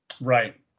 Right